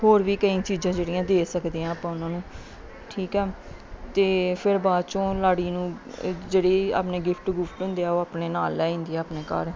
ਹੋਰ ਵੀ ਕਈ ਚੀਜ਼ਾਂ ਜਿਹੜੀਆਂ ਦੇ ਸਕਦੇ ਹਾਂ ਆਪਾਂ ਉਹਨਾਂ ਨੂੰ ਠੀਕ ਆ ਅਤੇ ਫਿਰ ਬਾਅਦ 'ਚੋਂ ਲਾੜੀ ਨੂੰ ਜਿਹੜੀ ਆਪਣੇ ਗਿਫਟ ਗੁਫਟ ਹੁੰਦੇ ਆ ਉਹ ਆਪਣੇ ਨਾਲ ਲੈ ਜਾਂਦੀ ਹੈ ਆਪਣੇ ਘਰ